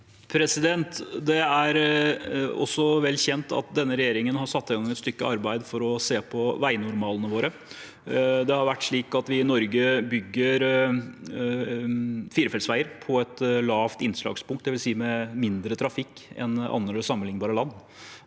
Det er også vel kjent at denne regjeringen har satt i gang et stykke arbeid for å se på vegnormalene våre. Det har vært slik at vi i Norge bygger firefelts veier på et lavt innslagspunkt, dvs. med mindre trafikk enn andre sammenlignbare land.